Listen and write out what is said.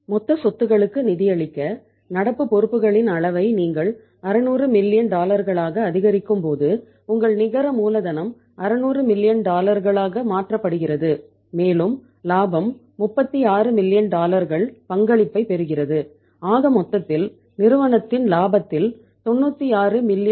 மொத்த சொத்துக்களுக்கு நிதியளிக்க நடப்பு பொறுப்புகளின் அளவை நீங்கள் 600 மில்லியன்